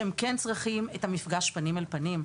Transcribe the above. שהם כן צריכים את המפגש פנים אל פנים,